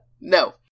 no